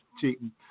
cheating